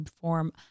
form